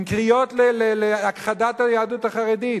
עם קריאות להכחדת היהדות החרדית.